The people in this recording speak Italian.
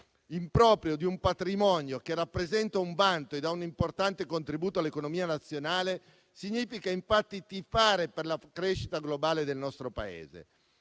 improprio di un patrimonio che rappresenta un vanto e dà un importante contributo all'economia nazionale significa infatti tifare per la crescita globale del nostro Paese.